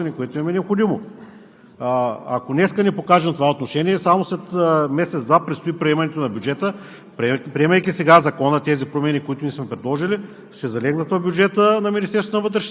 товарят излишно бюджета, а в същото време служителите на Министерството на вътрешните работи не получават адекватно заплащане, което им е необходимо. Ако днес не покажем това отношение, само след месец-два предстои приемането на бюджета,